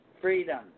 freedom